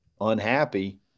unhappy